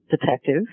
detective